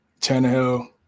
Tannehill